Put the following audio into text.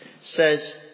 says